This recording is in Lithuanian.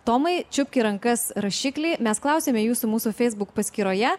tomai čiupk į rankas rašiklį mes klausėme jūsų mūsų facebook paskyroje